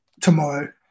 tomorrow